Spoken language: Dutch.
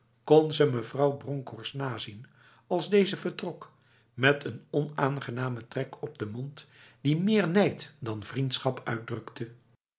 ze mevrouw bronkhorst nazien als deze vertrok met een onaangename trek om de mond die meer nijd dan vriendschap uitdrukte